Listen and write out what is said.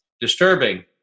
disturbing